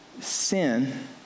Sin